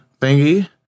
thingy